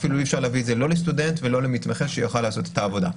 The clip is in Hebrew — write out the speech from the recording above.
אי אפשר להביא את זה לא לסטודנט ולא למתמחה שיוכל לעשות את העבודה.